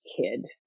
kid